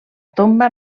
tomba